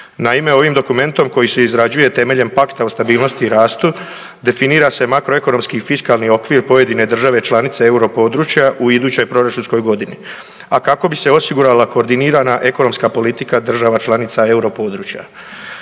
Naime, ovim dokumentom koji se izrađuje temeljem pakta o stabilnosti i rastu definira se makroekonomski i fiskalni okvir pojedine države članice Euro područja u idućoj proračunskoj godini, a kako bi se osigurala koordinirana ekonomska politika država članica Euro područja.